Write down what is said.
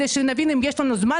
אם יש לנו זמן,